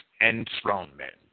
enthronement